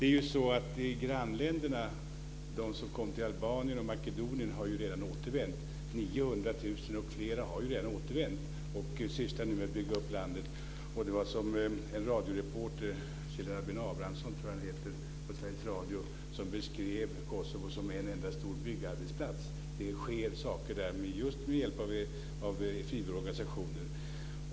Fru talman! De som kom till Albanien och Makedonien har ju redan återvänt. Fler än 900 000 har redan återvänt och sysslar nu med att bygga upp landet. En radioreporter på Sveriges Radio, jag tror att han heter Kjell-Albin Abrahamsson, beskrev Kosovo som en enda stor byggarbetsplats. Det sker saker där med hjälp av frivilligorganisationer.